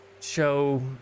show